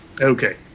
Okay